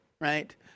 right